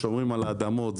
שומרים על האדמות,